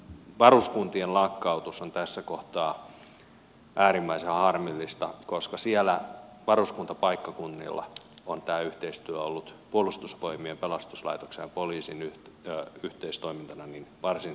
varuskuntien lakkautus on tässä kohtaa äärimmäisen harmillista koska siellä varuskuntapaikkakunnilla on tämä yhteistyö ollut puolustusvoimien pelastuslaitoksen ja poliisin yhteistoimintana varsin saumatonta ja hyvää